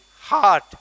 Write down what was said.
heart